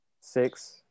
six